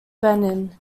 benin